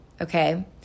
okay